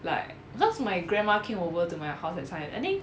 like cause my grandma came over to my house that's why I think